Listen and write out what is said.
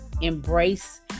embrace